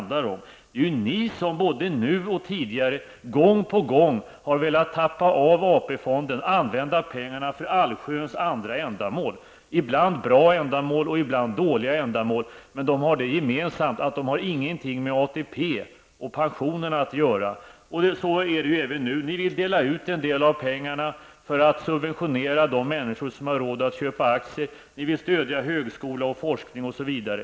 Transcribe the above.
Det är ni som både nu och tidigare gång på gång har velat tappa av AP-fonden och använda pengarna för allsköns andra ändamål -- ibland bra och ibland dåliga, men de har det gemensamt att de inte har någonting med ATP och pensionerna att göra. Så är det även nu. Ni vill portionera ut en del av pengarna för att subventionera de människor som har råd att köpa aktier, ni vill stödja högskola och forskning osv.